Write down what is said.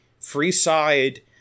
Freeside